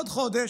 בעוד חודש,